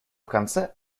конце